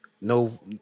no